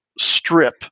Strip